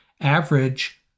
average